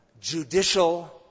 judicial